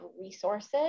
resources